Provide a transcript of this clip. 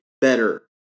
better